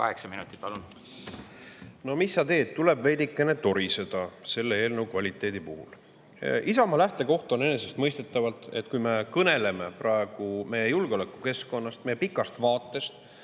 Kaheksa minutit, palun! No mis sa teed, tuleb veidikene toriseda selle eelnõu kvaliteedi üle. Isamaa lähtekoht on enesestmõistetavalt, et kui me kõneleme meie julgeolekukeskkonnast, meie pikast vaatest